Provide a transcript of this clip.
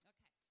Okay